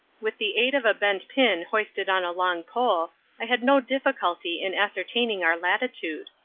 with the aid of a bent pin hoisted on a long pole i had no difficulty in ascertaining our latitude.